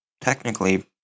Technically